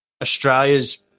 Australia's